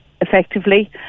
effectively